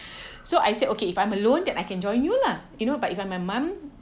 so I said okay if I'm alone then I can join you lah you know but if I'm with my mom